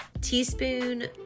teaspoon